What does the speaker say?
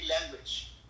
language